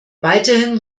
weiterhin